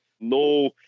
No